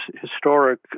historic